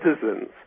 citizens